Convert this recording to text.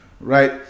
right